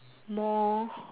more